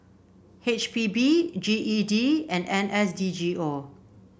H P B G E D and N S D G O